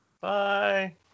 Bye